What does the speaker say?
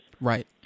Right